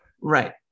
Right